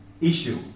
issue